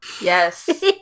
Yes